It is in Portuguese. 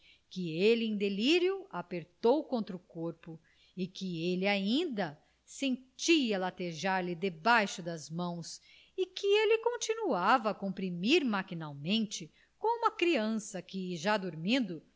que ele em delírio apertou contra o corpo e que ele ainda sentia latejar lhe debaixo das mãos e que ele continuava a comprimir maquinalmente como a criança que já dormindo